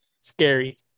scary